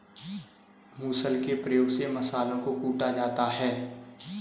मुसल के प्रयोग से मसालों को कूटा जाता है